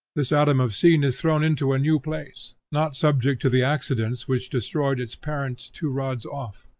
this atom of seed is thrown into a new place, not subject to the accidents which destroyed its parent two rods off.